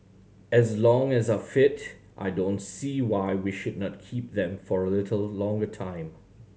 as long as are fit I don't see why we should not keep them for a little longer time